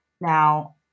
Now